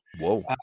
Whoa